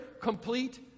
complete